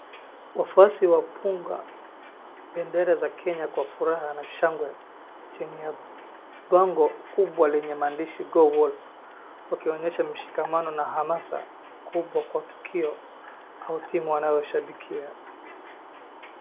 Wafuasi wapunga bendera za Kenya kwa furaha na shangwe chini ya bango kubwa lenye maandishi go wolf . Wakionyesha mshikamano na hamasa kubwa kwa tukio au timu wanayoshabikia.